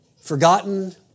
forgotten